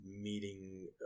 meeting